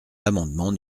l’amendement